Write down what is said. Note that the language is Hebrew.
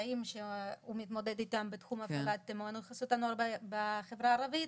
קשיים שהוא מתמודד איתם בתחום הפעלת מעונות חסות הנוער בחברה הערבית.